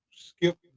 skip